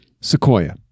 Sequoia